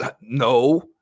No